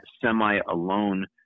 semi-alone